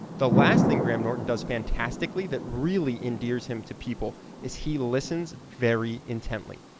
the last thing graham norton does fantastically that really endears him to people is he listens very intently.